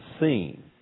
seen